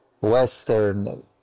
Western